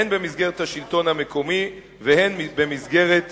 הן במסגרת השלטון המקומי והן במסגרת